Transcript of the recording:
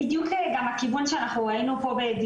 רצינו להגיע לסידור לגבי המינון.